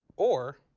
or,